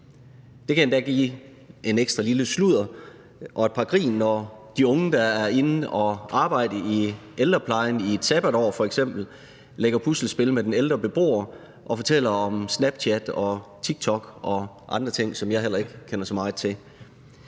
Det kan endda give en ekstra lille sludder og et godt grin, når de unge, der er inde og arbejde i ældreplejen i et sabbatår, f.eks. lægger puslespil med den ældre beboer og fortæller om Snapchat og TikTok og andre ting, som jeg heller ikke kender så meget til.